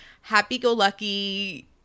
Happy-go-lucky